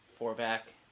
four-back